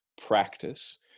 practice